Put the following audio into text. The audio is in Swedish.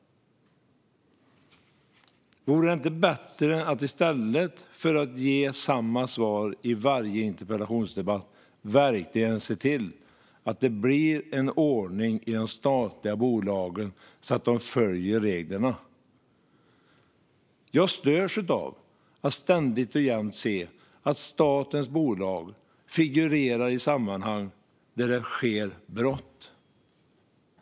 Vore det inte bättre att i stället för att ge samma svar i varje interpellationsdebatt verkligen se till att det blir ordning i de statliga bolagen, så att de följer reglerna? Jag störs av att ständigt och jämt se att statens bolag figurerar i sammanhang där det sker brott.